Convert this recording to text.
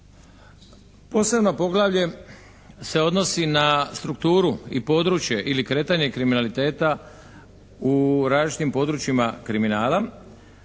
Posebno poglavlje se odnosi na strukturu i područje ili kretanje kriminaliteta u različitim područjima kriminala.